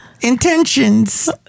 intentions